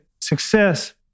success